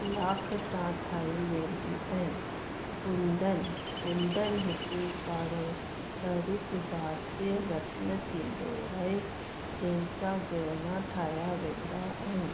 लाख सां ठाही वेंदियूं आहिनि कुन्दनु कुन्दनु हिकु पारम्परिकु वाद्ययंत्र थींदो आहे जंहिंसां गहना ठाहिया वेंदा आहिनि